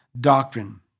doctrine